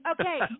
okay